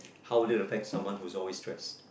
how would it affect someone who is always stress